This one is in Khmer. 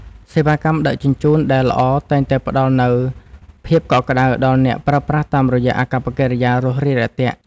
សេវាកម្មដឹកជញ្ជូនដែលល្អតែងផ្ដល់នូវភាពកក់ក្ដៅដល់អ្នកប្រើប្រាស់តាមរយៈអាកប្បកិរិយារួសរាយរាក់ទាក់។